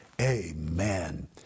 Amen